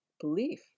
belief